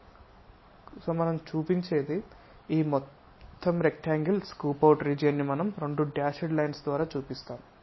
కాబట్టి మనం చూపించేది ఈ మొత్తం రెక్టాంగిల్ స్కూప్ అవుట్ రీజియన్ ని మనం రెండు డాష్డ్ లైన్స్ ద్వారా చూపిస్తాం